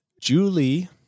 Julie